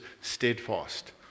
steadfast